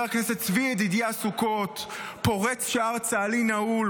הכנסת צבי ידידיה סוכות פורץ שער צה"לי נעול,